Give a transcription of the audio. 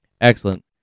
Excellent